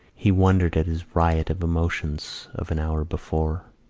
he wondered at his riot of emotions of an hour before.